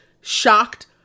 shocked